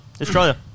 Australia